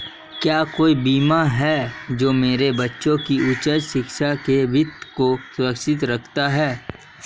क्या कोई बीमा है जो मेरे बच्चों की उच्च शिक्षा के वित्त को सुरक्षित करता है?